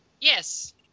Yes